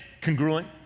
congruent